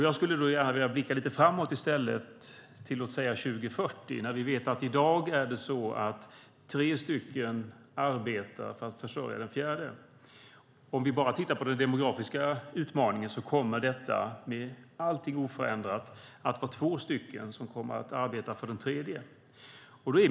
Jag skulle i stället gärna vilja blicka lite framåt till år 2040. Vi vet att i dag arbetar tre för att försörja den fjärde. Om vi bara tittar på den demografiska utmaningen kommer det med allting oförändrat att vara två som kommer att arbeta för den tredje.